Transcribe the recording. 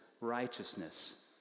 righteousness